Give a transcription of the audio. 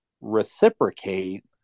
reciprocate